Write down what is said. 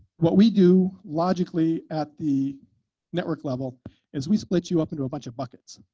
what we do logically at the network level is we split you up into a bunch of buckets.